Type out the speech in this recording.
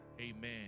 amen